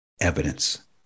evidence